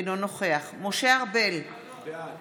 אינו נוכח משה ארבל, בעד